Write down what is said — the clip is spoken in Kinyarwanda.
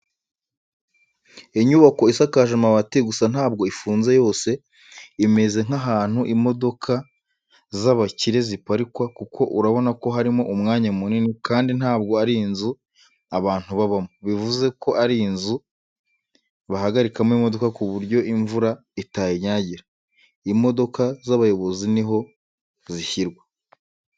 Inyubako isakaje amabati, gusa ntabwo ifunze yose imeze nk'ahantu imodoka z'abakire ziparikwa kuko urabona ko harimo umwanya munini kandi ntabwo ari inzu abantu babamo, bivuze ko ari inzu bahagarikamo imodoka ku buryo imvura itayinyagira. Imodoka z'abayobozi niho zishyirwa.